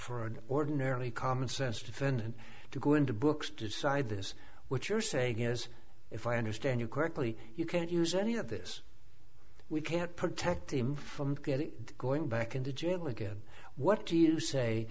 an ordinarily common sense defendant to go into books decide this is what you're saying is if i understand you correctly you can't use any of this we can't protect him from getting going back into jail again what do you say